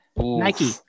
Nike